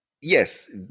yes